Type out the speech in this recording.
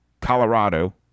Colorado